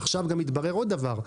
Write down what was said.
עכשיו גם מתברר עוד דבר,